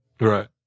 Right